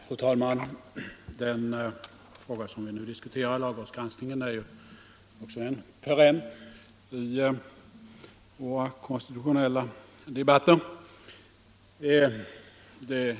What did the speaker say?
Fru talman! Den fråga som vi nu diskuterar, lagrådsgranskningen, är ju också en perenn i våra konstitutionella debatter.